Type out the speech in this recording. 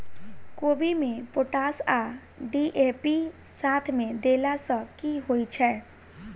कोबी मे पोटाश आ डी.ए.पी साथ मे देला सऽ की होइ छै?